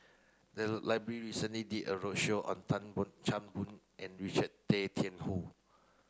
the library recently did a roadshow on Tan Boon Chan Boon and Richard Tay Tian Hoe